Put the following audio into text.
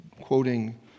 quoting